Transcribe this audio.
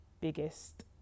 biggest